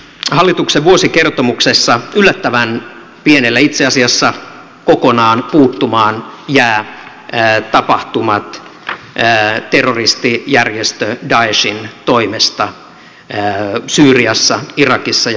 tässä hallituksen vuosikertomuksessa ovat yllättävän pienellä itse asiassa kokonaan puuttumaan jäävät tapahtumat terroristijärjestö daeshin toimesta syyriassa irakissa ja levantissa